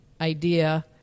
idea